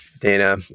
dana